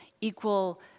equal